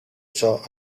ciò